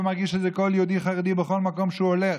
ומרגיש את זה כל יהודי חרדי בכל מקום שהוא הולך.